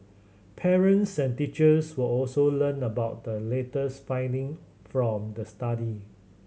parents and teachers will also learn about the latest finding from the study